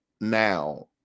now